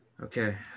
okay